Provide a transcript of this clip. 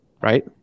right